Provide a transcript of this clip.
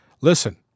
Listen